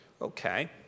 Okay